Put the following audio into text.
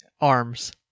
arms